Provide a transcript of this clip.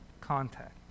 contact